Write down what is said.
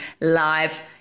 live